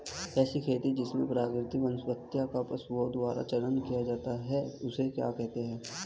ऐसी खेती जिसमें प्राकृतिक वनस्पति का पशुओं द्वारा चारण किया जाता है उसे क्या कहते हैं?